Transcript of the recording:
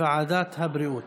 לוועדת הבריאות